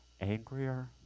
angrier